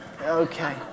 Okay